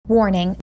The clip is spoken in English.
Warning